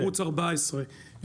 ערוץ 14,